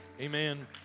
Amen